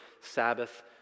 Sabbath